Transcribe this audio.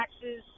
taxes